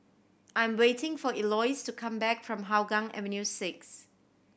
I'm waiting for Eloise to come back from Hougang Avenue Six